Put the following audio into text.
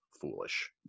foolish